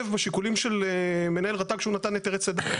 בשיקולים של מנהל רת"ג כשהוא נתן היתרי צידה.